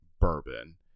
bourbon